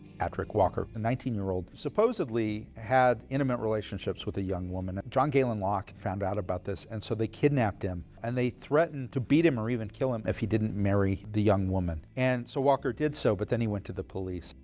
patrick walker, the nineteen year old old supposedly had intimate relationships with a young woman. john galen locke found out about this, and so they kidnapped him, and they threatened to beat him or even kill him if he didn't marry the young woman. and so walker did so, but then he went to the police.